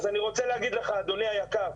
אז אני רוצה להגיד לך אדוני היקר,